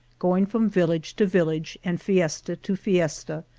going from village to village, and fiesta to fiesta,